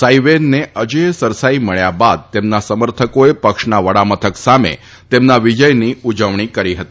સાઈ વશ્ન અજેય સરસાઈ મબ્યા બાદ તમ્રાના સમર્થકોએ પક્ષના વડામથક સામ તમ્રાના વિજયની ઉજવણી કરી હતી